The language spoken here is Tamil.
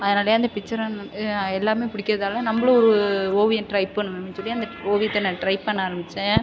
அதனால் அந்த பிச்சரை எல்லாமே பிடிக்கறதால நம்மளும் ஒரு ஓவியம் ட்ரை பண்ணணுன்னு சொல்லி அந்த ஓவியத்தை நான் ட்ரை பண்ண ஆரமித்தேன்